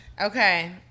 Okay